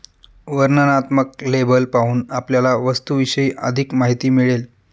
वर्णनात्मक लेबल पाहून आपल्याला वस्तूविषयी अधिक माहिती मिळेल